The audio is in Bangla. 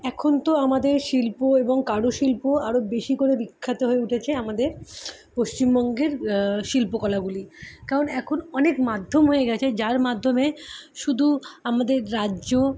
এখন তো আমাদের শিল্প এবং কারুশিল্প আরও বেশি করে বিখ্যাত হয়ে উঠেছে আমাদের পশ্চিমবঙ্গের শিল্পকলাগুলি কারণ এখন অনেক মাধ্যম হয়ে গিয়েছে যার মাধ্যমে শুধু আমাদের রাজ্য